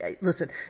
listen